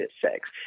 sex